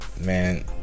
man